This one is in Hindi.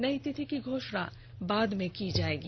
नई तिथि की घोषणा बाद में की जायेगी